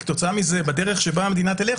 וכתוצאה מזה הדרך שבה המדינה תלך,